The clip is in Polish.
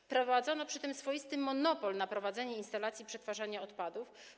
Wprowadzono przy tym swoisty monopol na prowadzenie instalacji przetwarzania odpadów.